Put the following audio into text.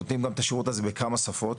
אנחנו נותנים גם את השירות הזה בכמה שפות,